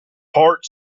heart